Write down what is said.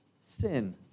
sin